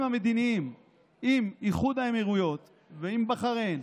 המדיניים עם איחוד האמירויות ועם בחריין,